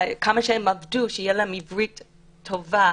כמה שהן עבדו שתהיה להן עברית טובה,